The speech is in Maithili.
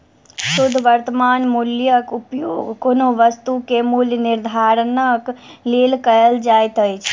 शुद्ध वर्त्तमान मूल्यक उपयोग कोनो वस्तु के मूल्य निर्धारणक लेल कयल जाइत अछि